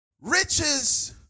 Riches